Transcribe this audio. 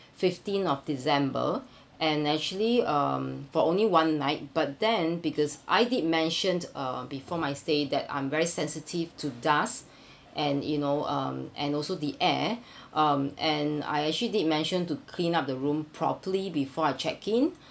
fifteen of december and actually um for only one night but then because I did mentioned uh before my stay that I'm very sensitive to dust and you know um and also the air um and I actually did mention to clean up the room properly before I check in